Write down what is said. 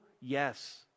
yes